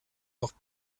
noch